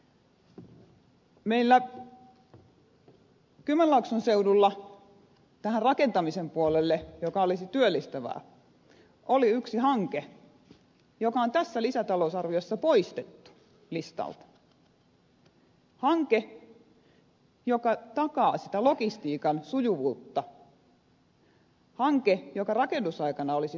meillä kymenlaakson seudulla oli rakentamisen puolella joka olisi työllistävää yksi hanke joka on tässä lisätalousarviossa poistettu listalta hanke joka takaisi sitä logistiikan sujuvuutta hanke joka rakennusaikana olisi työllistänyt paljon